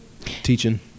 teaching